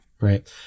Right